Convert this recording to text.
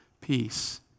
peace